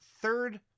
third